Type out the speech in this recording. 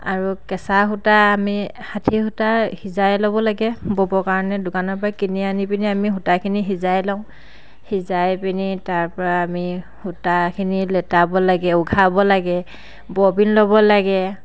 আৰু কেঁচা সূতা আমি ষাঁঠি সূতা সিজাই ল'ব লাগে ব'বৰ কাৰণে দোকানৰ পৰা কিনি আনি পিনি আমি সূতাখিনি সিজাই লওঁ সিজাই পিনি তাৰ পৰা আমি সূতাখিনি লেটাব লাগে উঘাব লাগে ববিন ল'ব লাগে